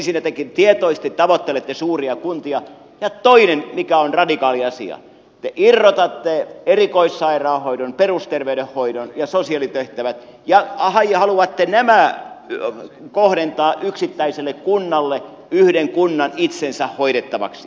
ensinnäkin te tietoisesti tavoittelette suuria kuntia ja toiseksi mikä on radikaaliasia te irrotatte erikoissairaanhoidon perusterveydenhoidon ja sosiaalitehtävät ja haluatte nämä kohdentaa yksittäiselle kunnalle yhden kunnan itsensä hoidettavaksi